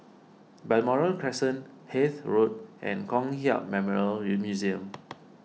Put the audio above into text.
Balmoral Crescent Hythe Road and Kong Hiap Memorial Museum